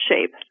shape